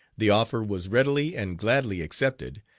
the offer was readily and gladly accepted,